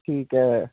ਠੀਕ ਹੈ